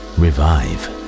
revive